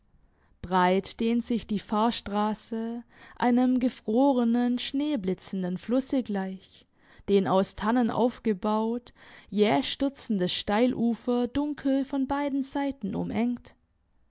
breit dehnt sich die fahrstrasse einem gefrorenen schneeblitzenden flusse gleich den aus tannen aufgebaut jäh stürzendes steilufer dunkel von beiden seiten umengt